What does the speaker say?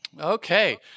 Okay